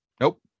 Nope